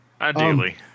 Ideally